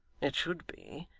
it should be,